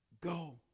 Go